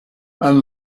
and